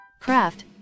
craft